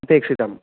अपेक्षितम्